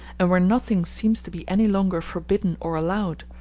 and where nothing seems to be any longer forbidden or allowed,